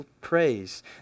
praise